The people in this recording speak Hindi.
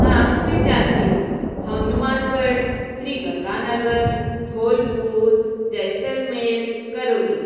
हाँ मैं जानती हूँ हनुमानगढ़ श्री गंगानगर धौलपुर जैसलमेर करौली